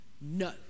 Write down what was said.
no